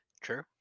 True